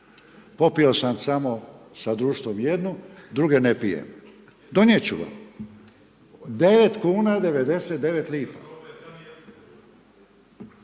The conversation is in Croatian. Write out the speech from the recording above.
Popio sam samo sa društvom jednu , druge ne pijem. Donijet ću vam. 9,99 kn.